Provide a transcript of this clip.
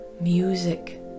music